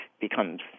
becomes